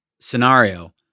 scenario